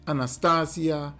Anastasia